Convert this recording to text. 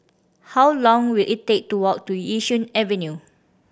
how long will it take to walk to Yishun Avenue